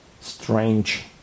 strange